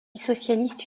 socialiste